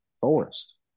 forest